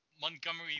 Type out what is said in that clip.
Montgomery